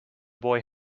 boy